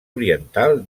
oriental